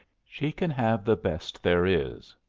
she can have the best there is.